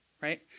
right